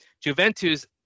Juventus